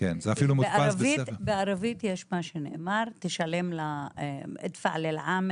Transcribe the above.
כי בערבית יש מה שנאמר (אומרת משפט בערבית),